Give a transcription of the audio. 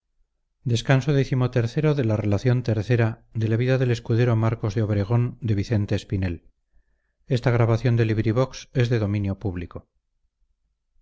la donosa narración de las aventuras del escudero marcos de obregón